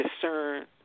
discern